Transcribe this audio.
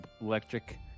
electric